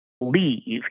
leave